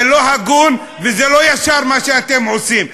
זה לא הגון וזה לא ישר מה שאתם עושים.